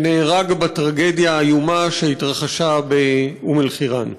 שנהרג בטרגדיה האיומה שהתרחשה באום-אלחיראן.